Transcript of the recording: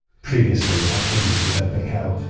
previously on hades development hell.